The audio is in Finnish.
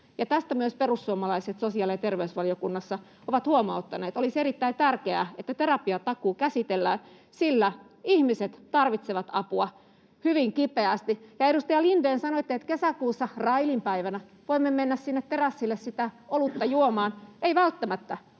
tästä myös perussuomalaiset sosiaali- ja terveysvaliokunnassa ovat huomauttaneet. Olisi erittäin tärkeää, että terapiatakuu käsitellään, sillä ihmiset tarvitsevat apua hyvin kipeästi. Ja, edustaja Lindén, sanoitte, että kesäkuussa Railin päivänä voimme mennä sinne terassille sitä olutta juomaan — ei välttämättä.